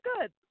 good